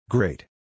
Great